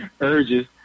urges